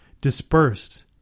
dispersed